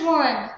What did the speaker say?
one